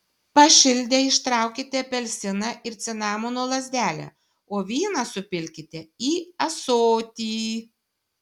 pašildę ištraukite apelsiną ir cinamono lazdelę o vyną supilkite į ąsotį